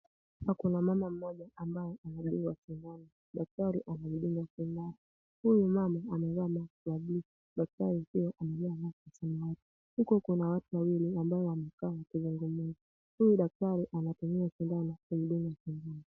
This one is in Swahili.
Hapa kuna mama mmoja ambaye anadungwa sindano. Daktari anamdunga sindano. Huku kuna watu wawili wamekaa wakizungumza. Huyu daktari anatumia sindano kumdunga.